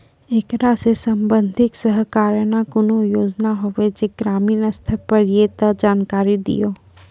ऐकरा सऽ संबंधित सरकारक कूनू योजना होवे जे ग्रामीण स्तर पर ये तऽ जानकारी दियो?